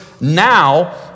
now